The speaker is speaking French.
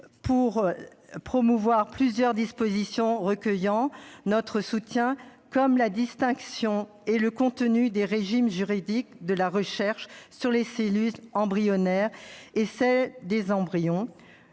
pour la promouvoir, plusieurs dispositions recueillent notre soutien, comme la distinction et le contenu des régimes juridiques de la recherche sur les cellules embryonnaires et de celle sur les embryons.